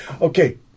okay